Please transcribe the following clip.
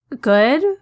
good